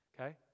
okay